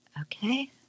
Okay